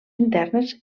internes